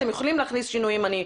אתם יכולים להכניס שינויים אני מעריכה.